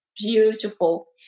beautiful